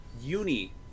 Uni